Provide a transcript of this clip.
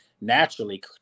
Naturally